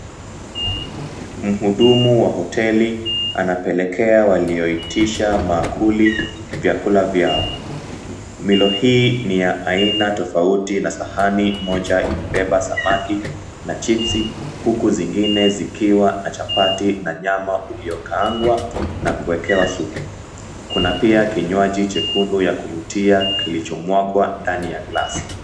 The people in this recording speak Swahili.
Mhudumu wa hoteli anapelekea walioitisha maakuli vyakula vyao. Milo hii ni ya aina tofauti na sahani moja imebeba samaki na chipsi huku zingine zikiwa na chapati na nyama uliokaangwa na kuekewa supu. Kuna pia kinywaji chekundu ya kuvutia kilichomwagwa ndani ya glasi.